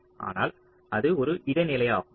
ஆனால் அது ஒரு இடைநிலை ஆகும்